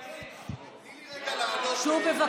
תני לי רגע לענות, שבו,